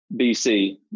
BC